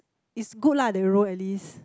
is good lah that row at least